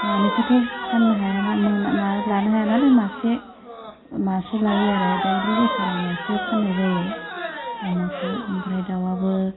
मानैखौथ' फाननो हाया ना मोना माबा लानो हाया नालाय मासे मासे लायो आरो दैलि बोसोराव मासे फाननाय जायो अमाखौ ओमफ्राय दावआबो